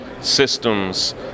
systems